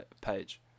page